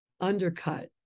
undercut